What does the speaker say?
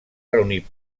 reunir